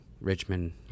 richmond